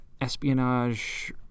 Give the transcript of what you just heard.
espionage